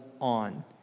on